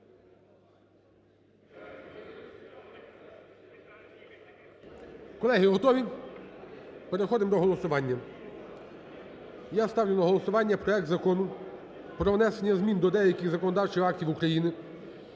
Колеги, готові? Переходимо до голосування, я ставлю на голосування проект Закону про внесення змін до деяких законодавчих актів України